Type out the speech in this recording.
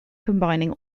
combining